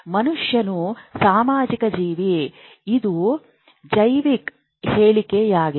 ಮನುಷ್ಯನು ಸಾಮಾಜಿಕ ಜೀವಿ ಇದು ಜೈವಿಕ ಹೇಳಿಕೆಯಾಗಿದೆ